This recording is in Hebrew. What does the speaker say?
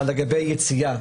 לגבי יציאה,